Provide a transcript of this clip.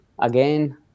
again